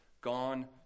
gone